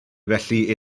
felly